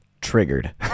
Triggered